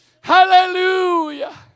hallelujah